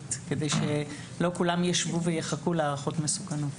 לחלופית כדי שלא כולם ישבו ויחכו להערכות מסוכנות.